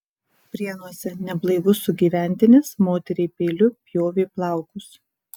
prienuose neblaivus sugyventinis moteriai peiliu pjovė plaukus